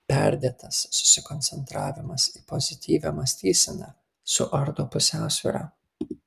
perdėtas susikoncentravimas į pozityvią mąstyseną suardo pusiausvyrą